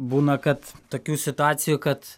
būna kad tokių situacijų kad